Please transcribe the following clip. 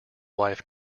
wife